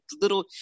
little